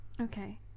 okay